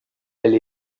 elle